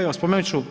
Evo spomenut ću